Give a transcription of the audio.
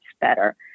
better